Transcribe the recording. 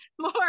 more